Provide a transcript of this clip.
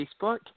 Facebook